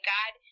God